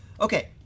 Okay